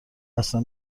اصلا